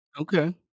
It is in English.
Okay